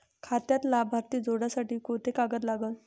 खात्यात लाभार्थी जोडासाठी कोंते कागद लागन?